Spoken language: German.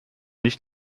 nicht